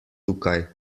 tukaj